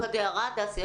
רק עוד הערה, דסי.